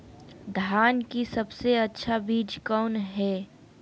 धान की सबसे अच्छा बीज कौन है?